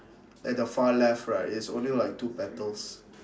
at the far left right is only like two petals